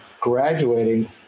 graduating